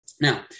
Now